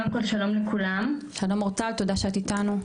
שלום אורטל, תודה שאת איתנו.